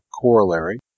corollary